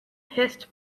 hissed